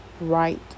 right